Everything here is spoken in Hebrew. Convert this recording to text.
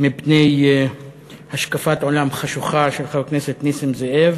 מפני השקפת עולם חשוכה של חבר הכנסת נסים זאב,